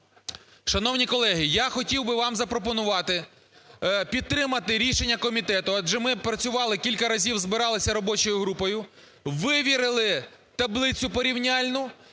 Шановні колеги, я хотів би вам запропонувати підтримати рішення комітету, адже ми працювали, кілька разів збиралися робочою групою, вивірили таблицю порівняльну,